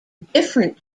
different